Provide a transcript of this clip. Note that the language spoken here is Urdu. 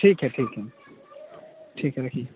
ٹھیک ہے ٹھیک ہے ٹھیک ہے رکھیے